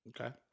Okay